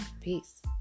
peace